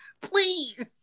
Please